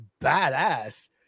badass